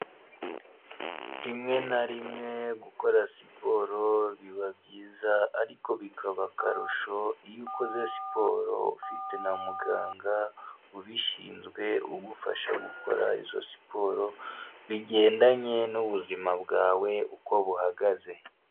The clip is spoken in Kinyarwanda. Rimwe na rimwe gukora siporo biba byiza, ariko bikaba akarusho iyo ukoze siporo ufite na muganga ubishinzwe, ugufasha gukora izo siporo, bigendanye n'ubuzima bwawe uko buhagaze.